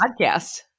podcast